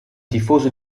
tifoso